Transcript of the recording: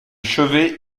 chevet